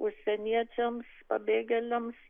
užsieniečiams pabėgėliams